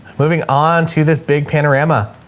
moving on to this big panorama.